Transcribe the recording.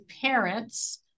parents